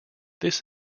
this